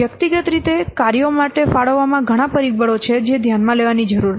વ્યક્તિગત રીતે કાર્યો માટે ફાળવવામાં ઘણાં પરિબળો છે જે ધ્યાનમાં લેવાની જરૂર છે